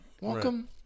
Welcome